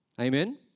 Amen